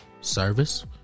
service